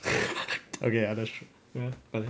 okay ya that's true ya but then